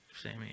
Sammy